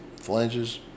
flanges